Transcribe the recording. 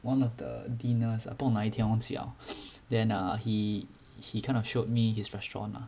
one of the dinner ah 不懂哪一天我忘记 liao then err he he kind of showed me his restaurant ah